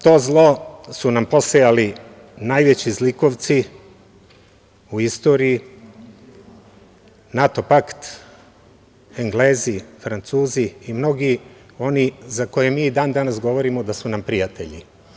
To zlo su nam posejali najveći zlikovci u istoriji – NATO pakt, Englezi, Francuzi i mnogi za koje mi i dan-danas govorimo da su nam prijatelji.